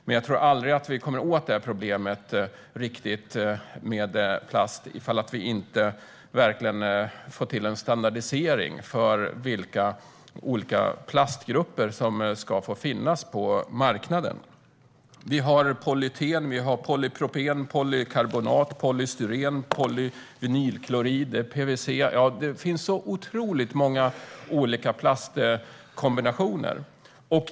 Men jag tror inte att vi någonsin riktigt kommer att komma åt detta problem med plast om vi inte får till en standardisering av vilka olika plastgrupper som ska få finnas på marknaden. Vi har polyeten, polypropen, polykarbonat, polystyren, polyvinylklorid - PVC - och så vidare. Det finns så otroligt många olika plastkombinationer.